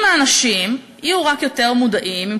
אם האנשים יהיו רק יותר מודעים,